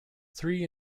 three